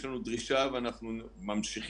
יש לנו דרישה ואנחנו ממשיכים,